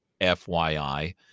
FYI